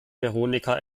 veronika